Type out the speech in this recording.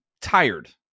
tired